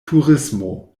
turismo